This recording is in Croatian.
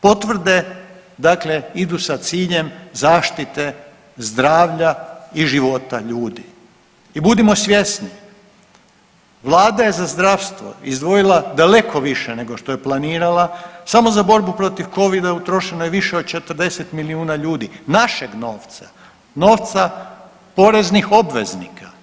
Potvrde idu sa ciljem zaštite zdravlja i života ljudi i budimo svjesni, Vlada je za zdravstvo izdvojila daleko više nego što je planirala, samo za borbu protiv covida utrošeno je više od 40 milijuna ljudi, našeg novca, novca poreznih obveznika.